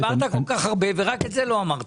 דיברת כל כך הרבה ורק את זה לא אמרת.